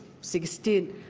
sixteen,